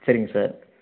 சரிங்க சார்